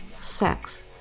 sex